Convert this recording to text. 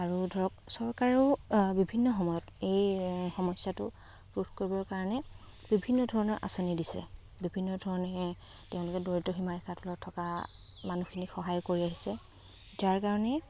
আৰু ধৰক চৰকাৰেও বিভিন্ন সময়ত এই সমস্যাটো ৰোধ কৰিবৰ কাৰণে বিভিন্ন ধৰণৰ আঁচনি দিছে বিভিন্ন ধৰণে তেওঁলোকে দৰিদ্ৰ সীমাৰেখাৰ তলত থকা মানুহখিনিক সহায় কৰি আহিছে যাৰ কাৰণে